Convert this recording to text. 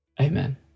Amen